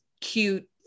cute